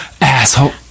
asshole